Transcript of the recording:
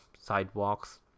sidewalks